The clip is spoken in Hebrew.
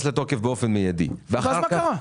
לתוקף באופן מיידי ואחר כך --- ואז מה קרה?